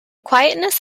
quietness